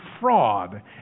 fraud